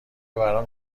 برام